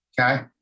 Okay